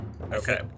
Okay